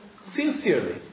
sincerely